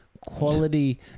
quality